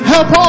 Help